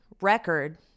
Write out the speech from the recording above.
record